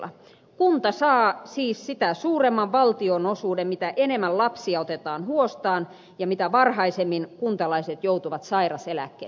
kunta saa siis sitä suuremman valtionosuuden mitä enemmän lapsia otetaan huostaan ja mitä varhaisemmin kuntalaiset joutuvat sairaseläkkeelle